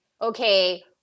okay